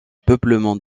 peuplement